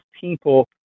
people